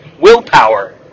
Willpower